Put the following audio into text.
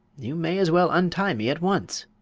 you may as well untie me at once.